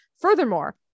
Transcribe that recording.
Furthermore